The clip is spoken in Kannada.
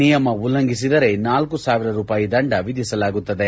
ನಿಯಮ ಉಲ್ಲಂಘಿಸಿದರೆ ನಾಲ್ಕು ಸಾವಿರ ರೂಪಾಯಿ ದಂಡ ವಿಧಿಸಲಾಗುತ್ತದೆ